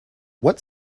what